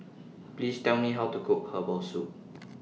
Please Tell Me How to Cook Herbal Soup